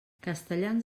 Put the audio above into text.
castellans